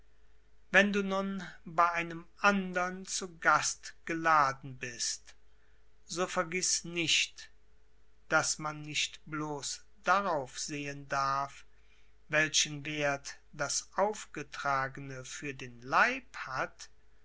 wenn du nun bei einem andern zu gast geladen bist so vergiß nicht daß man nicht bloß darauf sehen darf welchen werth das aufgetragene für den leib hat